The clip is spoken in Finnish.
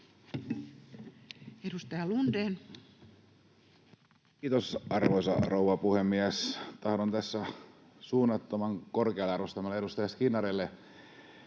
18:48 Content: Kiitos, arvoisa rouva puhemies! Tahdon tässä suunnattoman korkealle arvostamalleni edustaja Skinnarille